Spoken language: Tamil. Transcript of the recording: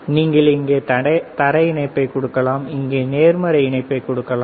நீங்கள் இங்கே தரை இணைப்பை கொடுக்கலாம் இங்கே நேர்மறை இணைப்பை கொடுக்கலாம்